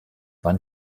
wann